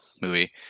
movie